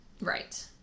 Right